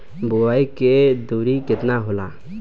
बुआई के दूरी केतना होला?